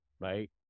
right